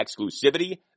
exclusivity